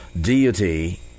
deity